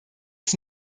des